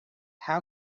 how